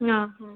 ಹಾಂ ಹಾಂ